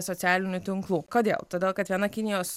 socialinių tinklų kodėl todėl kad viena kinijos